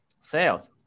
sales